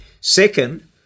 Second